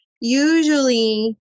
usually